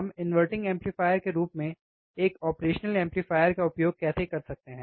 हम inverting amplifier के रूप में एक ऑपरेशनल एम्पलीफायर का उपयोग कैसे कर सकते हैं